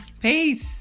peace